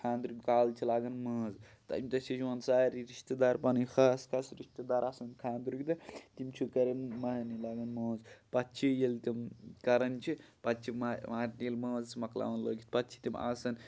خانٛدرٕ کالہٕ چھِ لگان مٲنز تَمہِ دوہ چھِ یِوان سٲری رِشتہٕ دار پَنٕنۍ خاص خاص رِشتہٕ دار آسان خانٛدرٕکۍ دوہ تِم چھِ کران مَہرنہِ لاگان مٲنز پَتہٕ چھ ییٚلہِ تِم کران چھِ پَتہٕ چھِ ییٚلہِ مَہرنہِ ییٚلہِ مٲنز مۄکلاون لٲگِتھ پَتہٕ چھِ تِم آسان